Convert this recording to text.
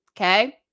Okay